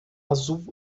azul